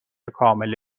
کامل